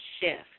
shift